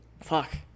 Fuck